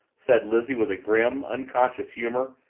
said lizzie with grim, unconscious humor,